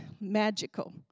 magical